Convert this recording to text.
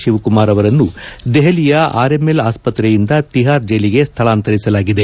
ಶಿವಕುಮಾರ್ ಅವರನ್ನು ದೆಹಲಿಯ ಆರ್ಎಂಎಲ್ ಆಸ್ತತ್ರೆಯಿಂದ ತಿಪಾರ್ ಜೈಲಿಗೆ ಸ್ಥಳಾಂತರಿಸಲಾಗಿದೆ